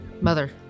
Mother